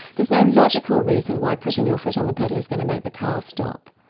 there's no logical reason why putting your foot on the pedal is going to make the car stop.